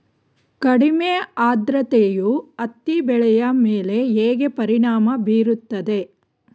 ಕಡಿಮೆ ಆದ್ರತೆಯು ಹತ್ತಿ ಬೆಳೆಯ ಮೇಲೆ ಹೇಗೆ ಪರಿಣಾಮ ಬೀರುತ್ತದೆ?